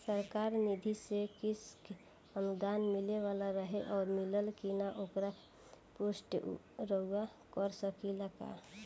सरकार निधि से कृषक अनुदान मिले वाला रहे और मिलल कि ना ओकर पुष्टि रउवा कर सकी ला का?